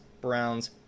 Browns